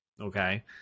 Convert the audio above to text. Okay